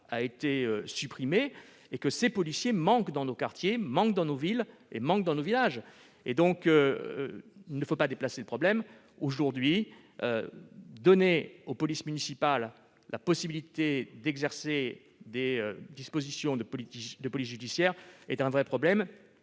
a été supprimée et que ces policiers manquent dans nos quartiers, dans nos villes et dans nos villages. Il ne faut pas déplacer le problème ! Donner aux polices municipales la possibilité d'exercer des compétences de police judiciaire, c'est un vrai problème.